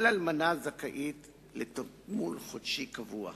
כל אלמנה זכאית לתגמול חודשי קבוע.